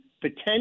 potential